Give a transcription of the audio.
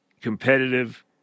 competitive